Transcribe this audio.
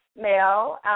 Male